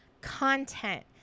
content